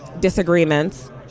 disagreements